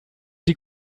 die